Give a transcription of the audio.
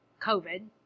COVID